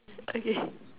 okay